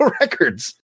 records